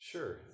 Sure